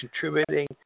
contributing